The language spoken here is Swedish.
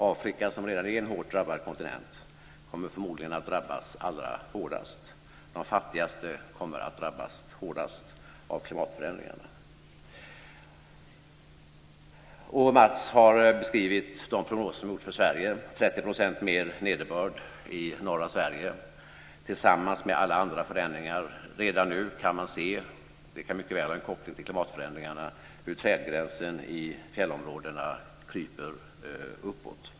Afrika, som redan är en hårt drabbad kontinent, kommer förmodligen att drabbas allra hårdast. De fattigaste kommer att drabbas hårdast av klimatförändringarna. Matz Hammarström har beskrivit hoten mot oss i Sverige: 30 % mer nederbörd i norra Sverige tillsammans med alla andra förändringar. Redan nu kan man se - det kan lika väl ha en koppling till klimatförändringarna - hur trädgränsen i fjällområdena kryper uppåt.